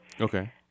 okay